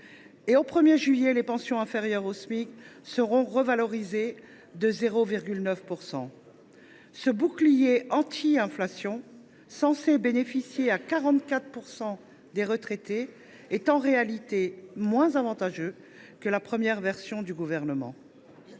au 1 juillet, les pensions inférieures au Smic le seront encore de 0,9 %. Ce bouclier anti inflation, censé bénéficier à 44 % des retraités, est en réalité moins avantageux que la version initiale du Gouvernement.